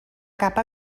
capa